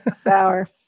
sour